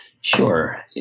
Sure